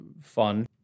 fun